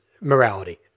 morality